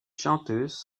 chanteuses